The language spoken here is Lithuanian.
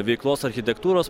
veiklos architektūros